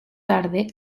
tarde